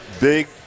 Big